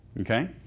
Okay